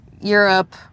Europe